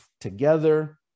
together